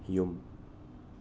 ꯌꯨꯝ